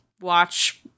watch